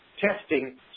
Testing